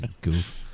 goof